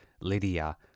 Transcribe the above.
Lydia